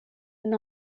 and